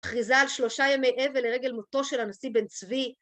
תחיזה על שלושה ימי אבל לרגל מותו של הנשיא בן צבי.